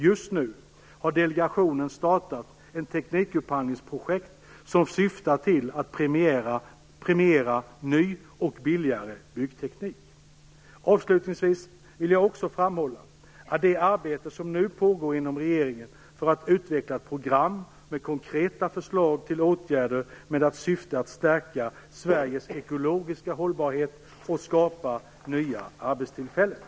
Just nu har delegationen startat ett teknikupphandlingsprojekt som syftar till att premiera ny och billigare byggteknik. Avslutningsvis vill jag också framhålla det arbete som nu pågår inom regeringen för att utveckla ett program med konkreta förslag till åtgärder med syfte att stärka Sveriges ekologiska hållbarhet och skapa arbetstillfällen.